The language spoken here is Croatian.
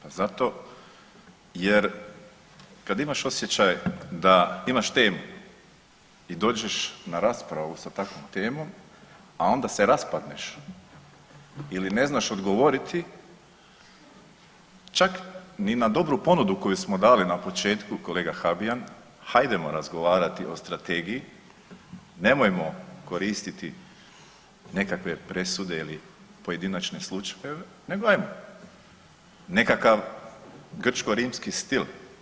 Pa zato jer kad imaš osjećaj da imaš temu i dođeš na raspravu sa takvom temom, a onda se raspadneš ili ne znaš odgovoriti, čak ni na dobru ponudu koju smo dali na početku, kolega Habijan, hajdemo razgovarati o Strategiji, nemojmo koristiti nekakve presude ili pojedinačne slučajeve, nego ajmo, nekakav grčko-rimski stil.